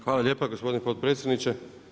Hvala lijepo gospodine potpredsjedniče.